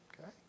Okay